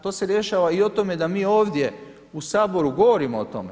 To se rješava i o tome da mi ovdje u Saboru govorimo o tome.